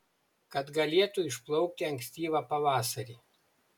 kad galėtų išplaukti ankstyvą pavasarį